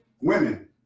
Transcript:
Women